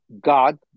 God